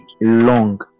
long